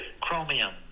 Chromium